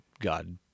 God